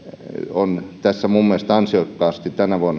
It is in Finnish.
on tässä minun mielestäni ansiokkaasti tänään